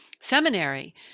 seminary